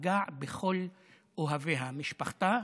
פגע בכל אוהביה, משפחתה,